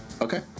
Okay